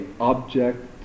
object